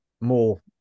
more